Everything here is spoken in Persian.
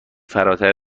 فراتر